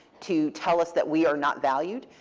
to tell us that we are not valued,